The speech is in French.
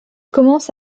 commence